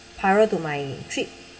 prior to my trip